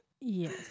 yes